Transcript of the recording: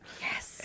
Yes